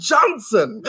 Johnson